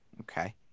Okay